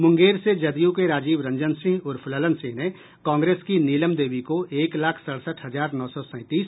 मुंगेर से जदयू के राजीव रंजन सिंह उर्फ ललन सिंह ने कांग्रेस की नीलम देवी को एक लाख सड़सठ हजार नौ सौ सैंतीस